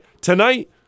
Tonight